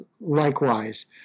likewise